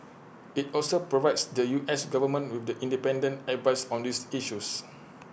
IT also provides the U S Government with The Independent advice on these issues